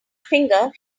finger